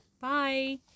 Bye